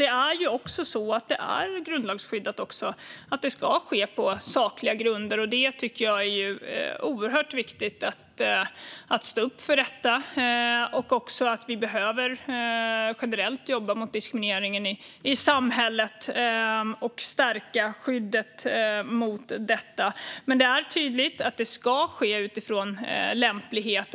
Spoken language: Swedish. Det är dock så att det är grundlagsskyddat att tillsättning ska ske på sakliga grunder, och jag tycker att det är oerhört viktigt att stå upp för detta. Vi behöver generellt jobba mot diskrimineringen i samhället och stärka skyddet mot diskriminering, men det är tydligt att tillsättning ska ske utifrån lämplighet.